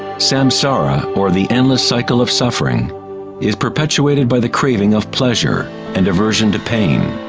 samsara, or the endless cycle of suffering is perpetuated by the craving of pleasure and aversion to pain.